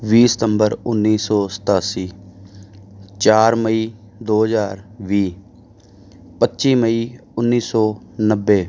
ਵੀਹ ਸਤੰਬਰ ਉੱਨੀ ਸੌ ਸਤਾਸੀ ਚਾਰ ਮਈ ਦੋ ਹਜ਼ਾਰ ਵੀਹ ਪੱਚੀ ਮਈ ਉੱਨੀ ਸੌ ਨੱਬੇ